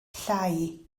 llai